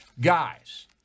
guys